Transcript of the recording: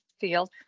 field